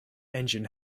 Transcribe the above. engine